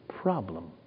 problem